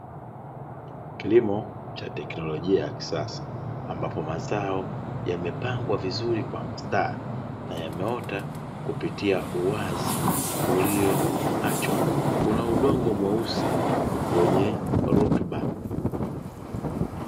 Kilimo Cha teknolojia ya kisasa ambapo mazao yamepangwa vizuri kwa mstari na yameota kupitia uwazi ulioachwa , una udongo mweusi wenye rutuba .